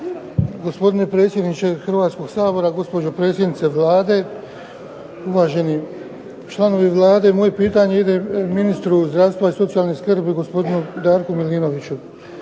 Gospodine predsjedniče Hrvatskog sabora, gospođo predsjednice Vlade, uvaženi članovi Vlade. Moje pitanje ide ministru zdravstva i socijalne skrbi, gospodinu Darku Milinoviću.